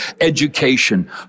education